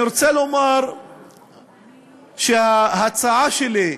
אני רוצה לומר שההצעה שלי,